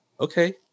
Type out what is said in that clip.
okay